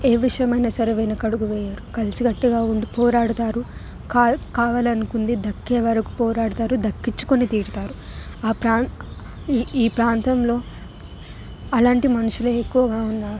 ఏవిషయమైనా సరే వెనకడుగు వెయ్యరు కలిసికట్టుగా ఉండి పోరాడతారు కా కావాలనుకున్నది దక్కే వరకు పోరాడతారు దక్కించుకుని తీరుతారు ఆ ప్రాం ఈ ప్రాంతంలో అలంటి మనుషులే ఎక్కువగా ఉన్నారు